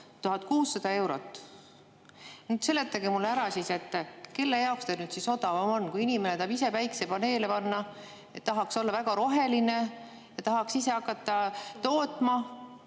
1600 eurot." Seletage mulle ära, kelle jaoks see nüüd siis odavam on. Kui inimene tahaks ise päikesepaneele panna, tahaks olla väga roheline ja tahaks ise hakata tootma,